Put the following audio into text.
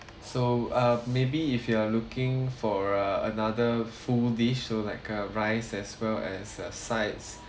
so uh maybe if you are looking for uh another full dish so like a rice as well as uh sides